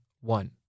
one